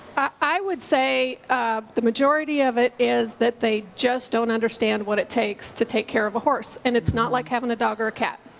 i would say the majority of it is that they just don't understand what it takes to take care of a horse. and it's not like having a dog or cat.